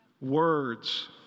Words